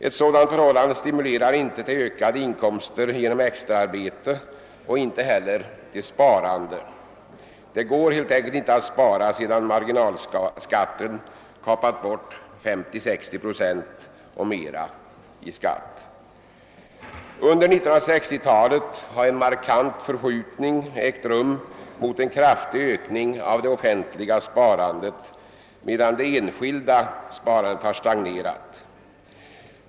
Ett sådant förhållande stimulerar inte till ökade inkomster genom extraarbete och inte heller till sparande. Det går helt enkelt inte att spara sedan marginalskatten kapat 50 å 60 procent och mera i skatt. Under 1960-talet har en markant förskjutning ägt rum mot en kraftig ökning av det offentliga sparandet, medan det enskilda sparandet har stagnerat.